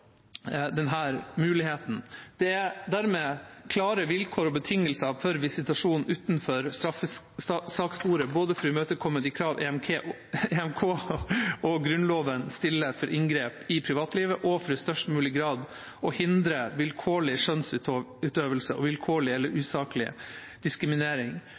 dermed klare vilkår og betingelser for visitasjon utenfor straffesakssporet, både for å imøtekomme de kravene Den europeiske menneskerettskonvensjon, EMK, og Grunnloven stiller for inngrep i privatlivet, og for i størst mulig grad å hindre vilkårlig skjønnsutøvelse og vilkårlig eller usaklig diskriminering.